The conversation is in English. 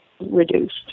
reduced